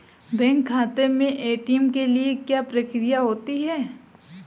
Bank खाते में ATM के लिए क्या प्रक्रिया होती है?